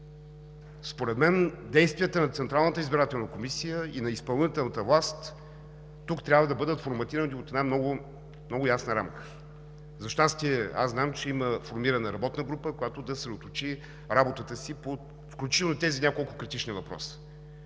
Според мен тук действията на Централната избирателна комисия и на изпълнителната власт трябва да бъдат форматирани от една много ясна рамка. За щастие, аз знам, че има формирана работна група, която да съсредоточи работата си включително и по тези няколко критични въпроса,